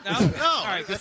No